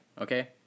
okay